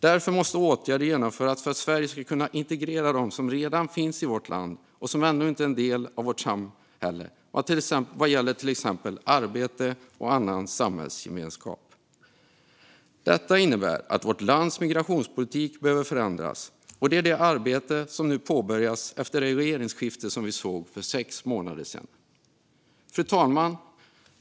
Därför måste åtgärder vidtas för att kunna integrera dem som redan finns i vårt land och ännu inte är en del av vårt samhälle vad gäller exempelvis arbete och annan samhällsgemenskap. Detta innebär att vårt lands migrationspolitik behöver förändras, och det arbetet påbörjades efter regeringsskiftet för sex månader sedan. Fru talman!